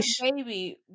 baby